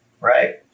Right